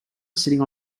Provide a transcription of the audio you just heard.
sitting